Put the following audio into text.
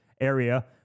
area